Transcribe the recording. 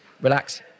relax